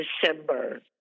December